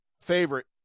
favorite